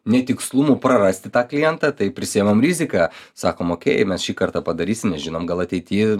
netikslumų prarasti tą klientą tai prisiimam riziką sakom okei mes šį kartą padarysim nežinom gal ateity